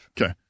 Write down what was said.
Okay